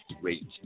great